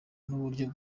n’uburyo